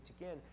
again